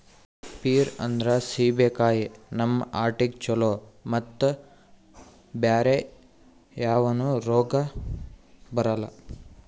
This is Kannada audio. ಪೀರ್ ಅಂದ್ರ ಸೀಬೆಕಾಯಿ ನಮ್ ಹಾರ್ಟಿಗ್ ಛಲೋ ಮತ್ತ್ ಬ್ಯಾರೆ ಯಾವನು ರೋಗ್ ಬರಲ್ಲ್